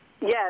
Yes